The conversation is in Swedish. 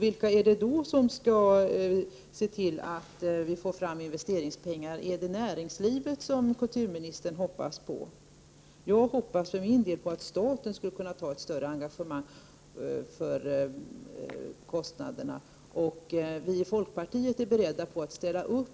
Vilka är det som skall se till att vi får fram pengar till en investering? Är det — Prot. 1988/89:122 | näringslivet som kulturministern hoppas på? Jag hoppas för min del att staten 26 maj 1989 tar ett större ansvar för kostnaderna. Vii folkpartiet är beredda att ställa upp